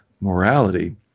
morality